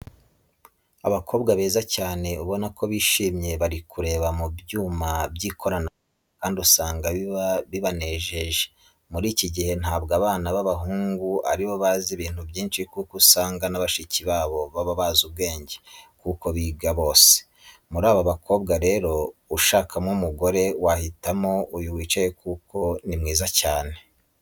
Abakobwa beza cyane ubona ko bishimye, bari kureba mu byuma by'ikoranabuhanga kandi usanga biba bibanejeje, muri iki gihe ntabwo abana b'abahungu ari bo bazi ibintu byinshi kuko usanga na bashiki babo baba bazi ubwenge kuko biga bose. Muri aba bakobwa rero ushakamo umugore wahitamo uyu wicaye kuko ni mwiza cyane.